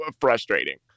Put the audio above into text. frustrating